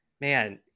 man